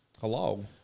Hello